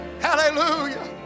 Hallelujah